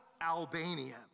Albania